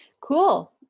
cool